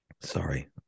Sorry